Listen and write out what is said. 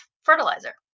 fertilizer